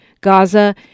Gaza